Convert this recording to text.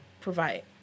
provide